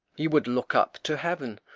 you would look up to heaven,